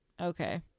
okay